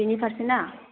बिनि पारसेन्टा